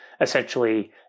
essentially